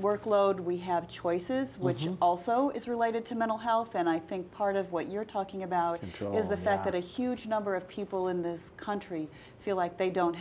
workload we have choices which also is related to mental health and i think part of what you're talking about is the fact that a huge number of people in this country feel like they don't